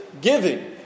giving